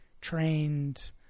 trained